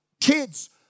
Kids